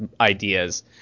ideas